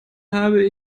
habe